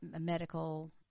medical